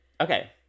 Okay